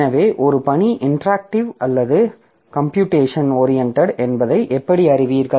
எனவே ஒரு பணி இன்டராக்ட்டிவ் அல்லது கம்பியூடேஷன் ஓரியண்டட் என்பதை எப்படி அறிவீர்கள்